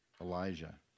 Elijah